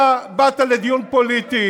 אתה אומר דברי